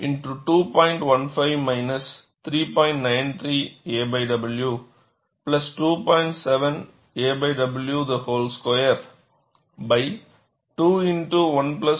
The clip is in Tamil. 15 3